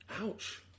Ouch